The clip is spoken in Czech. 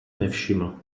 nevšiml